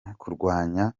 kurwanya